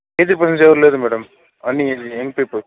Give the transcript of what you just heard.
aged persons ఎవరు లేరు madam అన్ని యంగ్ పీపుల్